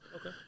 Okay